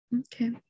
okay